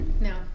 No